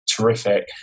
terrific